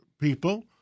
people